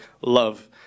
love